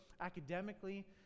academically